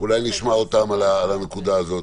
אולי נשמע אותם על הנקודה הזאת.